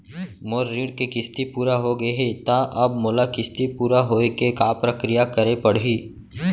मोर ऋण के किस्ती पूरा होगे हे ता अब मोला किस्ती पूरा होए के का प्रक्रिया करे पड़ही?